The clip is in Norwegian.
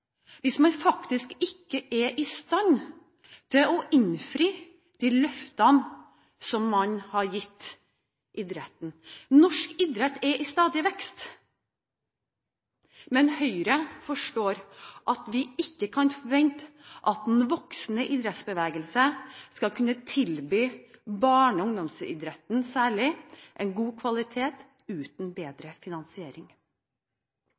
hvis man faktisk ikke er i stand til å innfri de løftene som man har gitt idretten. Norsk idrett er i stadig vekst, men Høyre forstår at vi ikke kan forvente at en voksende idrettsbevegelse skal kunne tilby barne- og ungdomsidretten særlig god kvalitet uten